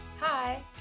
hi